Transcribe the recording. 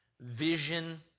vision